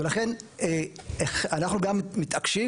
ולכן אנחנו גם מתעקשים,